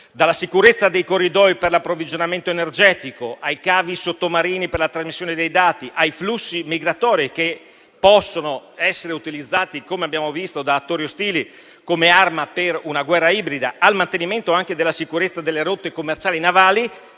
dalla sicurezza dei corridoi per l'approvvigionamento energetico ai cavi sottomarini per la trasmissione dei dati, ai flussi migratori che possono essere utilizzati - come abbiamo visto - da attori ostili come arma per una guerra ibrida, al mantenimento anche della sicurezza delle rotte commerciali navali,